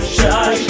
Shy